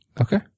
okay